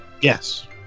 yes